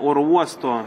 oro uosto